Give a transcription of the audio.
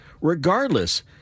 regardless